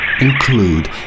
Include